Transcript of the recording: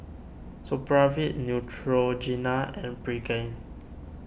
Supravit Neutrogena and Pregain